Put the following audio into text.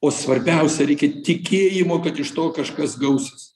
o svarbiausia reikia tikėjimo kad iš to kažkas gausis